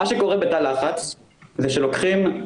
מה שקורה בתא לחץ זה שלוקחים,